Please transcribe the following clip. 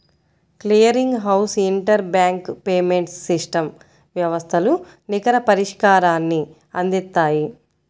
clearing house inter bank payments system వ్యవస్థలు నికర పరిష్కారాన్ని అందిత్తాయి